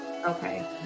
Okay